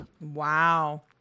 Wow